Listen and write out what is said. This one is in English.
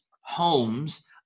homes